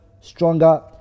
stronger